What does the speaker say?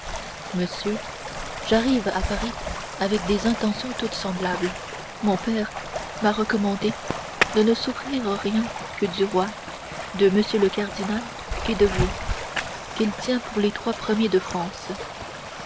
monsieur j'arrive à paris avec des intentions toutes semblables mon père m'a recommandé de ne souffrir rien du roi de m le cardinal et de vous qu'il tient pour les trois premiers de france